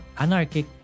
anarchic